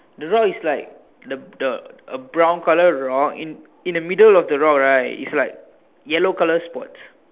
the rock is like the the a brown color rock in in the middle of the rock right is like yellow color spots